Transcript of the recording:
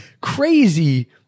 crazy